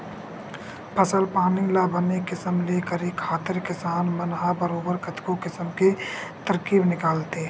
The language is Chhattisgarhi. फसल पानी ल बने किसम ले करे खातिर किसान मन ह बरोबर कतको किसम के तरकीब निकालथे